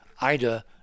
Ida